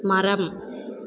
மரம்